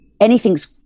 anything's